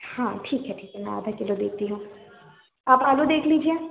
हाँ ठीक है ठीक है मै आधा किलो देती हूँ आप आलू देख लीजिए